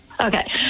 Okay